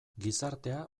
gizartea